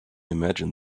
imagine